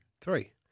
Three